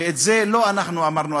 ואת זה לא אנחנו אמרנו,